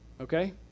Okay